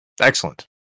excellent